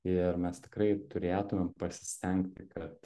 ir mes tikrai turėtumėm pasistengti kad